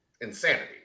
insanity